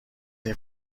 این